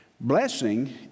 Blessing